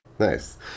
Nice